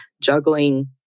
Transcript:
juggling